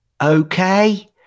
okay